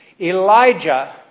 Elijah